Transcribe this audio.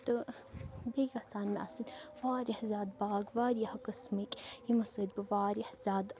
تہٕ بیٚیہِ گژھان مےٚ اَتھ سۭتۍ واریاہ زیادٕ باغ واریاہو قٕسمٕکۍ یِمو سۭتۍ بہٕ واریاہ زیادٕ